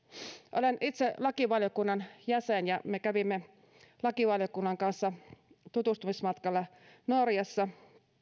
olen itse lakivaliokunnan jäsen ja me kävimme lakivaliokunnan kanssa tänä syksynä tutustumismatkalla norjassa